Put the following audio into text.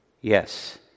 yes